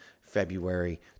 February